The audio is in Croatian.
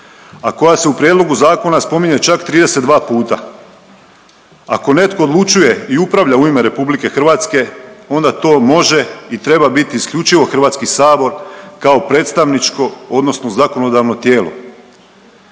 a koja se u Prijedlogu zakona spominje čak 32 puta. Ako netko odlučuje i upravlja u ime RH, onda to može i treba biti isključivo HS kao predstavničko odnosno zakonodavno tijelo.